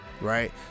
right